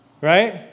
right